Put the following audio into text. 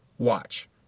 watch